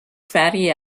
fatty